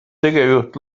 tegevjuht